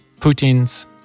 Putin's